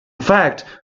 fact